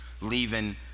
leaving